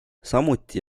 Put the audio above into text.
samuti